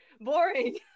Boring